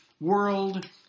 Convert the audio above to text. world